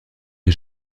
est